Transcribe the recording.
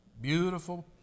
beautiful